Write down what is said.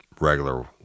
regular